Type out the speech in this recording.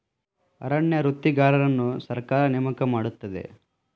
ಅರಣ್ಯ ವೃತ್ತಿಗಾರರನ್ನು ಸರ್ಕಾರ ನೇಮಕ ಮಾಡುತ್ತದೆ